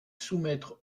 soumettre